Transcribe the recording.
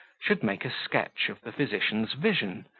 should make a sketch of the physician's vision,